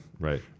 right